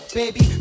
baby